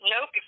Nope